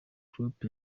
klopp